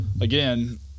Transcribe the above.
again